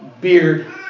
beard